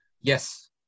Yes